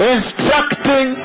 Instructing